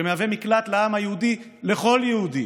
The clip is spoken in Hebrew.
שמהווה מקלט לעם היהודי, לכל יהודי,